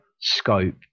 scope